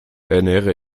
ernähre